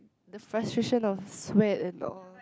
the frustration of sweat and all